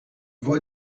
voix